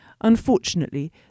Unfortunately